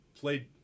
played